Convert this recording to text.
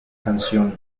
canción